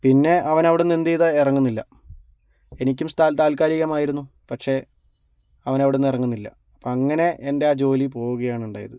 പിന്നെ അവൻ അവിടുന്ന് എന്തു ചെയ്താലും ഇറങ്ങുന്നില്ല എനിക്കും സ്ഥാനം താത്ക്കാലികമായിരുന്നു പക്ഷേ അവൻ അവിടുന്ന് ഇറങ്ങുന്നില്ല അപ്പോൾ അങ്ങനെ എൻ്റെ ആ ജോലി പോവുകയാണ് ഉണ്ടായത്